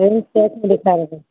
print shirt में ॾेखारिजो